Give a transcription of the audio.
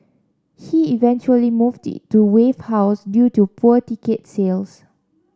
he eventually moved it to Wave House due to poor ticket sales